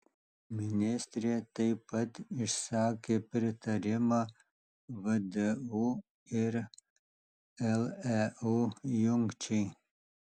ministrė taip pat išsakė pritarimą vdu ir leu jungčiai